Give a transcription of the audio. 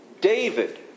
David